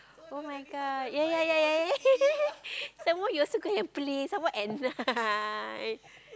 [oh]-my-god ya ya ya ya ya some more you also go and play some more at night